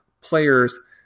players